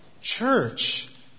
church